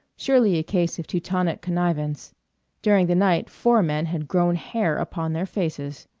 surely a case of teutonic connivance during the night four men had grown hair upon their faces.